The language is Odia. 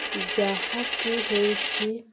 ଯାହାକି ହେଉଛି